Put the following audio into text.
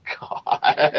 God